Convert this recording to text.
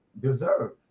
deserve